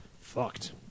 fucked